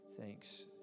Thanks